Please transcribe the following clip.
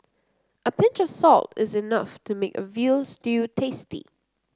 a pinch of salt is enough to make a veal stew tasty